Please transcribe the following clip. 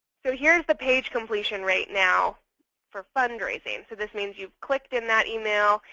so here is the page completion rate now for fundraising. so this means you've clicked in that email.